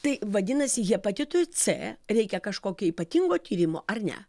tai vadinasi hepatitui c reikia kažkokio ypatingo tyrimo ar ne